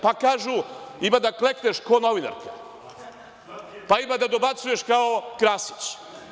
Pa kažu – ima da klekneš k'o novinarka, pa ima da dobacuješ kao Krasić.